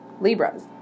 Libras